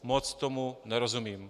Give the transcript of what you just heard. Moc tomu nerozumím.